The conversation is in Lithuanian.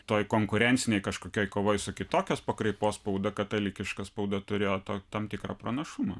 toj konkurencinėj kažkokioj kovoj su kitokios pakraipos spauda katalikiška spauda turėjo to tam tikrą pranašumą